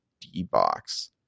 D-Box